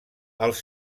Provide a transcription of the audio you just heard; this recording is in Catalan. els